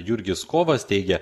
jurgis kovas teigia